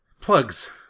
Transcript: Plugs